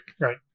Right